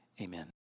amen